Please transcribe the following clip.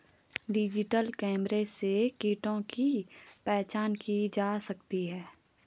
digital camera से कीटों की पहचान की जा सकती है